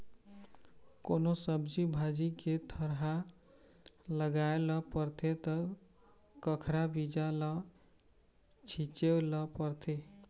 कोनो सब्जी भाजी के थरहा लगाए ल परथे त कखरा बीजा ल छिचे ल परथे